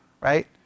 right